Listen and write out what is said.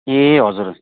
ए हजुर हजुर